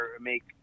make